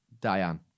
Diane